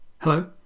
Hello